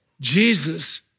Jesus